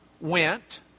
went